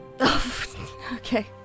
okay